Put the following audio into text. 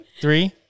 three